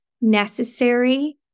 necessary